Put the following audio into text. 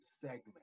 segment